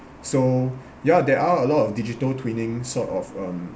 so ya there are a lot of digital twinning sort of um